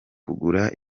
kugura